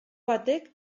batek